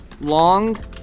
long